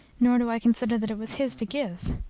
nor do i consider that it was his to give.